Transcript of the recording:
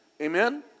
Amen